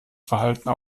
verhalten